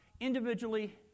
individually